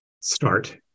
start